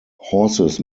horses